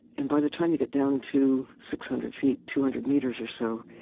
and by the time you get down to six hundred feet, two hundred meters or so,